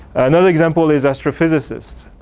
another example is astrophysicists.